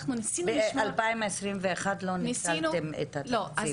אנחנו ניסינו לשמור --- ב-2021 לא ניצלתם את התקציב.